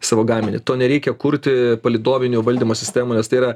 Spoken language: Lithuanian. savo gaminį tau nereikia kurti palydovinių valdymo sistemų nes tai yra